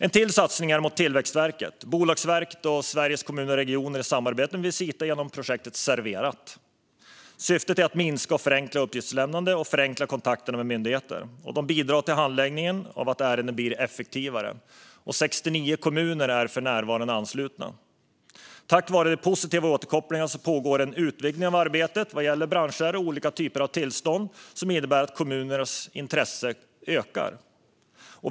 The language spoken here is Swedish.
En annan satsning görs på Tillväxtverket, Bolagsverket och Sveriges Kommuner och Regioner i samarbete med Visita genom projektet Serverat. Syftet är att minska och förenkla uppgiftslämnande och förenkla kontakterna med myndigheter, vilket bidrar till att handläggningen av ärenden blir effektivare. 69 kommuner är för närvarande anslutna. Tack vare den positiva återkopplingen pågår en utvidgning av arbetet vad gäller branscher och olika typer av tillstånd, vilket innebär att kommunernas intresse ökar.